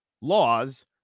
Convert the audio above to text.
laws